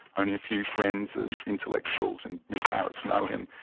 only a few friends and intellectuals and in paris know him.